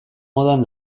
modan